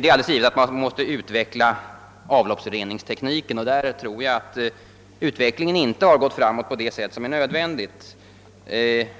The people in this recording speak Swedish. Det är alldeles givet att man måste utveckla avloppsreningstekniken och det måste ske i en snabbare takt än hittills.